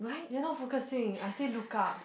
you're not focusing I said look up